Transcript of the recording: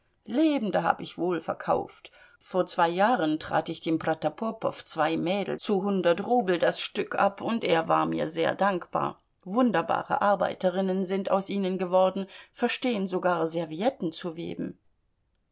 lebende hab ich wohl verkauft vor zwei jahren trat ich dem protopopow zwei mädel zu hundert rubel das stück ab und er war mir sehr dankbar wunderbare arbeiterinnen sind aus ihnen geworden verstehen sogar servietten zu weben